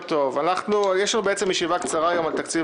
יש לנו ישיבה קצרה על תקציב